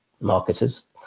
marketers